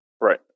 right